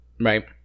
Right